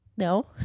No